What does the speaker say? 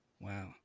wow